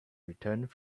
returned